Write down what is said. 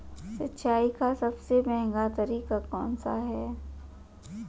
सिंचाई का सबसे महंगा तरीका कौन सा है?